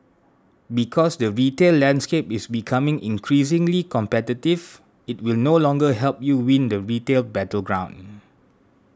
because the retail landscape is becoming increasingly competitive it will no longer help you win the retail battleground